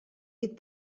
dit